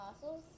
fossils